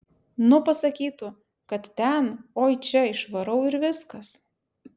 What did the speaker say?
nu pasakytų kad ten oi čia išvarau ir viskas